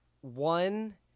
one